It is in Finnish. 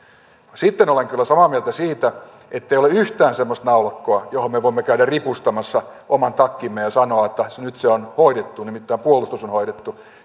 sitten olen kyllä samaa mieltä siitä ettei ole yhtään semmoista naulakkoa johon me voimme käydä ripustamassa oman takkimme ja sanoa että nyt se on hoidettu nimittäin puolustus on hoidettu